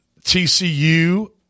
TCU